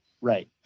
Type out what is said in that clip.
Right